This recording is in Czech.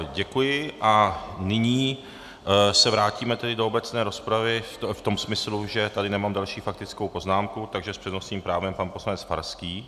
Děkuji a nyní se vrátíme do obecné rozpravy v tom smyslu, že tady nemám další faktickou poznámku, takže s přednostním právem pan poslanec Farský.